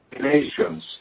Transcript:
nations